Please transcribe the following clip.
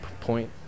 point